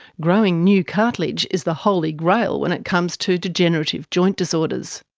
growing new cartilage is the holy grail when it comes to degenerative joint disorders.